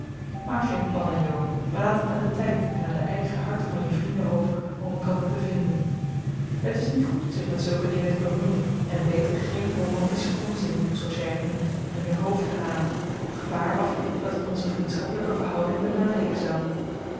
maak geen plannen jo maar laat het aan den tijd en aan de eigen harten van je vrienden over om elkander te vinden het is niet goed zich met zulke dingen te bemoeien en beter geen romantischen onzin zooals jij het noemt in je hoofd te halen op gevaar af dat het onze vriendschappelijke verhouding benadeelen zou